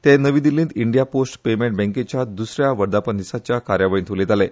ते आयज नवी दिल्लींत इंडिया पोस्ट पेमॅण्ट बँकेच्या द्सऱ्या वर्धापनदिसाच्या कार्यावळींत उलयताले